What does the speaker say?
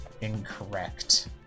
incorrect